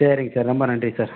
சரிங்க சார் ரொம்ப நன்றி சார்